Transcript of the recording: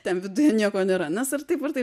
ten viduje nieko nėra nes ar taip ar taip